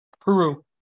Peru